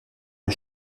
les